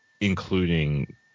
including